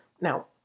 Now